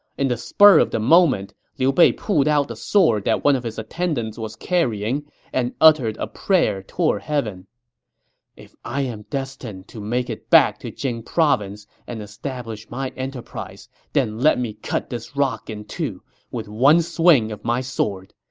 in the spur of the moment, liu bei pulled out the sword that one of his attendants was carrying and uttered a prayer toward heaven if i am destined to make it back to jing province and establish my enterprise, then let me cut this rock in two with one swing of my sword.